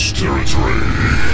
territory